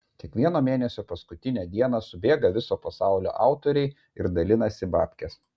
kiekvieno mėnesio paskutinę dieną subėga viso pasaulio autoriai ir dalinasi babkes